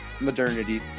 modernity